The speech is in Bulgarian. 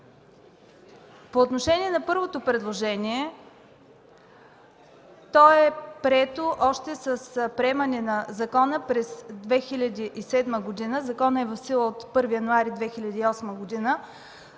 По отношение на първото предложение – то е прието още с приемането на закона през 2007 г., като законът е в сила от 1 януари 2008 г.